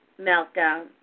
meltdown